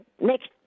next